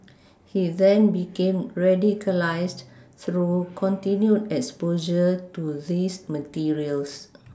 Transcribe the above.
he then became radicalised through continued exposure to these materials